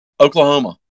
Oklahoma